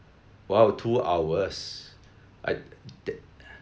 !wow! two hours I that